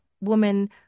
woman